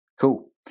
Cool